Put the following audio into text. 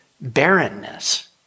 barrenness